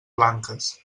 blanques